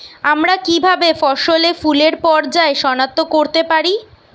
আমরা কিভাবে ফসলে ফুলের পর্যায় সনাক্ত করতে পারি?